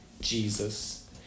Jesus